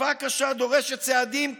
תקופה קשה דורשת צעדים קשים"